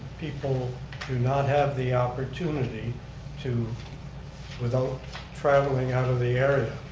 people do not have the opportunity to without traveling out of the area.